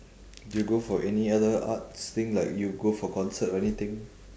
do you go for any other arts thing like you go for concert or anything